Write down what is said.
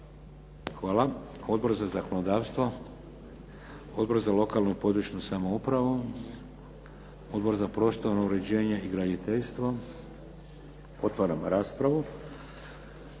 Hvala. Odbor za zakonodavstvo? Odbor za lokalnu i područnu samoupravu? Odbor za prostorno uređenje i graditeljstvo? Otvaram raspravu.